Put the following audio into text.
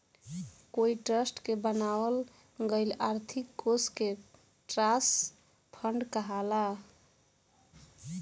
कोई ट्रस्ट के बनावल गईल आर्थिक कोष के ट्रस्ट फंड कहाला